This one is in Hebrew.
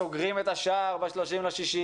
סוגרים את השער ב-30.6,